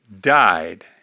died